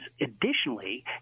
additionally